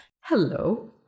Hello